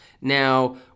Now